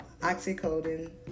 oxycodone